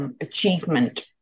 achievement